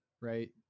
right